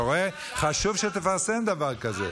אתה רואה, חשוב שתפרסם דבר כזה.